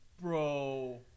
Bro